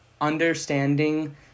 understanding